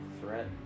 threat